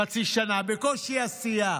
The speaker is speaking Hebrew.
חצי שנה, בקושי עשייה